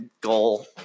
goal